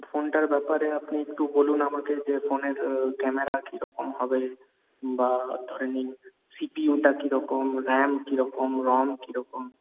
ফোনটার ব্যাপারে আপনি একটু বলুন আমাকে যে ফোনের ক্যামেরা কিরকম হবে বা ধরে নিন সিপিইউটা কিরকম র্যাম কিরকম রম কিরকম